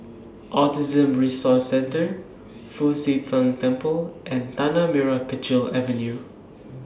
Autism Resource Centre Fu Xi Tang Temple and Tanah Merah Kechil Avenue